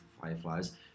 Fireflies